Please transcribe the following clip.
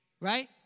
Right